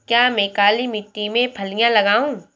क्या मैं काली मिट्टी में फलियां लगाऊँ?